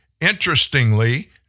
Interestingly